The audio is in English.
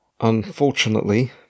unfortunately